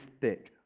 thick